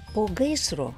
po gaisro